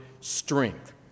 strength